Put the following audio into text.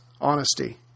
honesty